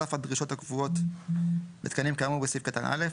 נוסף על דרישות הקבועות בתקנים כאמור בסעיף קטן (א),